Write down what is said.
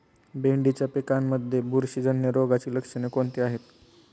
भेंडीच्या पिकांमध्ये बुरशीजन्य रोगाची लक्षणे कोणती आहेत?